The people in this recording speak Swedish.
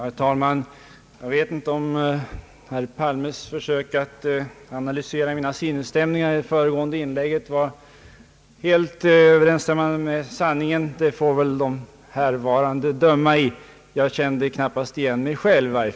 Herr talman! Jag vet inte om statsrådet Palmes försök att analysera mina sinnesstämningar under mitt föregående inlägg helt överensstämde med sanningen. Den frågan får väl de som hört på döma i. I varje fall kände jag knappast igen mig själv.